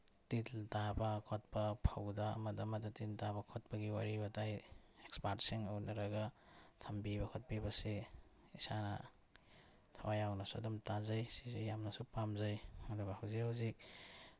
ꯇꯤꯜ ꯇꯥꯕ ꯈꯣꯠꯄ ꯐꯧꯗ ꯑꯃꯗ ꯑꯃꯗ ꯇꯤꯜ ꯇꯥꯕ ꯈꯣꯠꯄꯒꯤ ꯋꯥꯔꯤ ꯋꯥꯇꯥꯏ ꯑꯦꯛꯁꯄꯥꯔꯠꯁꯤꯡ ꯎꯟꯅꯔꯒ ꯊꯝꯕꯤꯕ ꯈꯣꯠꯄꯤꯕꯁꯤ ꯏꯁꯥꯅ ꯊꯋꯥꯏ ꯌꯥꯎꯅ ꯑꯗꯨꯝ ꯇꯥꯖꯩ ꯁꯤꯁꯦ ꯌꯥꯝꯅꯁꯨ ꯄꯥꯝꯖꯩ ꯑꯗꯨꯒ ꯍꯧꯖꯤꯛ ꯍꯧꯖꯤꯛ